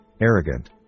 arrogant